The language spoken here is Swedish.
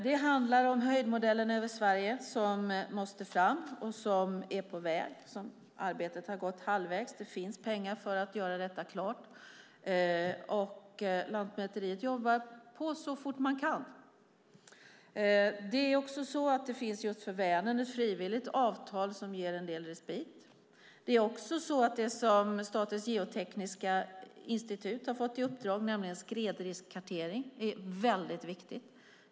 Det handlar om höjdmodellen över Sverige som måste fram och som är på väg. Arbetet har gått halvvägs. Det finns pengar för att göra detta klart. Lantmäteriet jobbar på så fort man kan. Det finns just för Vänern ett frivilligt avtal som ger en viss respit. Statens geotekniska institut har fått i uppdrag att göra en skredriskkartering, vilket är mycket viktigt.